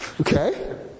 Okay